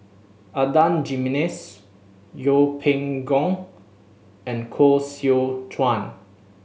Adan Jimenez Yeng Pway Ngon and Koh Seow Chuan